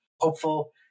hopeful